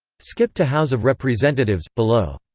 skip to house of representatives below